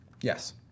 Yes